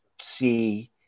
see